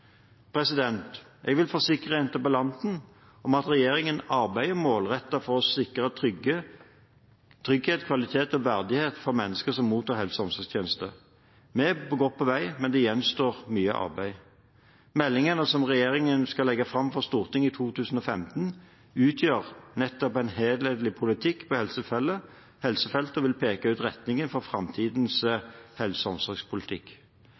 Jeg vil forsikre interpellanten om at regjeringen arbeider målrettet for å sikre trygghet, kvalitet og verdighet for mennesker som mottar helse- og omsorgstjenester. Vi er godt på vei, men det gjenstår mye arbeid. Meldingene som regjeringen skal legge fram for Stortinget i 2015, utgjør nettopp en helhetlig politikk på helsefeltet og vil peke ut retningen for framtidens helse- og omsorgspolitikk.